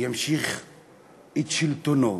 ימשיך את שלטונו?